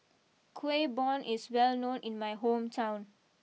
Kueh Bom is well known in my hometown